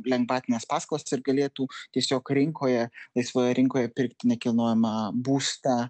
lengvatines paskolas ir galėtų tiesiog rinkoje laisvoje rinkoje pirkti nekilnojamą būstą